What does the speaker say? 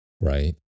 right